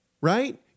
right